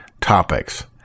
topics